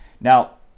Now